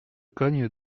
cogne